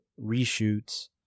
reshoots